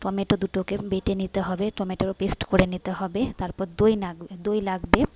tomato দুটোকে বেটে নিতে হবে টমেটোরও পেস্ট করে নিতে হবে তারপর দই লাগবে দই লাগবে